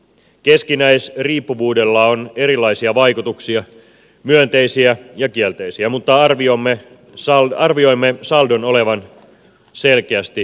keskinäisriippuvuudella on erilaisia vaikutuksia myönteisiä ja kielteisiä mutta arvioimme saldon olevan selkeästi positiivinen